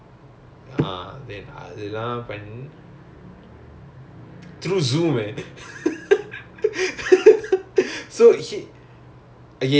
oh my god okay wait wait but he did it through zoom ah !wow! did he charge you though